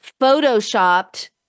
photoshopped